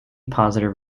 positive